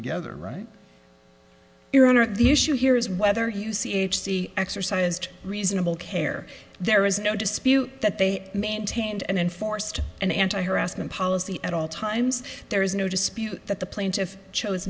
together right here on or the issue here is whether you see h c exercised reasonable care there is no dispute that they maintained and enforced an anti harassment policy at all times there is no dispute that the plaintiff chose